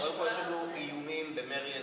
קודם כול, יש לנו איומים במרי אזרחי,